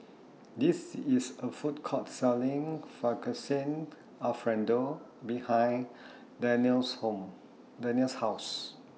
This IS A Food Court Selling Fettuccine Alfredo behind Danelle's Home Danelle's House